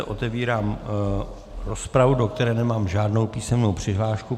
Otevírám rozpravu, do které nemám žádnou písemnou přihlášku.